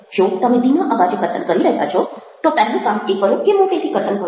જો તમે ધીમા અવાજે કથન કરી રહ્યા છો તો પહેલું કામ એ કરો કે મોટેથી કથન કરો